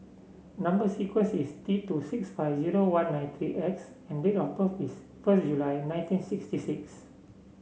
number sequence is T two six five zero one nine three X and date of birth is first July nineteen sixty six